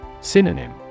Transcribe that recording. Synonym